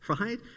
right